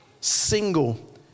single